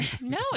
No